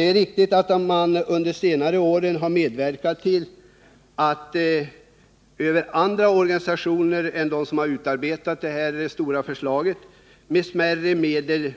Det är riktigt att man under de senaste åren har medverkat till detta via andra organisationer än de som har utarbetat det här stora förslaget och med smärre medel,